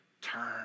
Turn